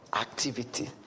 activity